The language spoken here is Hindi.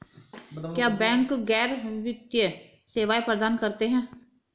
क्या बैंक गैर वित्तीय सेवाएं प्रदान करते हैं?